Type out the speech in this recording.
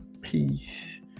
peace